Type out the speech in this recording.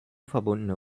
verbundene